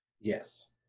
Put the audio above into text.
yes